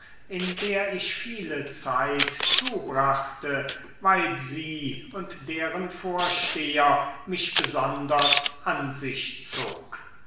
in der ich viele zeit zubrachte weil sie und deren vorsteher mich besonders an sich zog